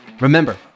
remember